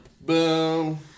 Boom